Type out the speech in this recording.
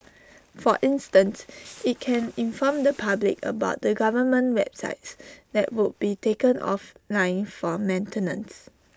for instance IT can inform the public about the government websites that would be taken offline for maintenance